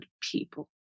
people